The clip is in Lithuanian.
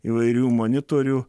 įvairių monitorių